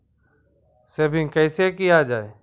Saving कैसै किया जाय?